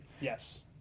Yes